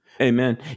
Amen